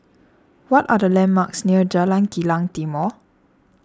what are the landmarks near Jalan Kilang Timor